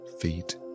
feet